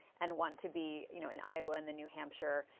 and want to be you know in iowa and new hampshire.